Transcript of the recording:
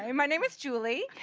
yeah my name is julie,